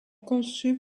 conçus